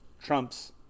Trump's